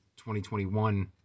2021